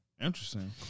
interesting